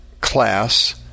class